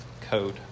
code